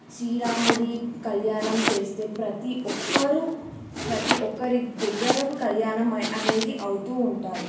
శ్రీరాముడి కళ్యాణం చేస్తే ప్రతి ఒక్కరు ప్రతి ఒక్కరి దగ్గరకు కళ్యాణం అనేది అవుతూ ఉంటాయి